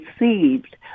received